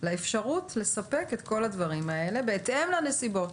לאפשרות לספק את כל הדברים האלה בהתאם לנסיבות,